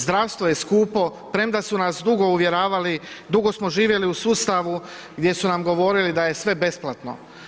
Zdravstvo je skupo, premda su nas dugo uvjeravali, dugo smo živjeli u sustavu gdje su nam govorili da je sve besplatno.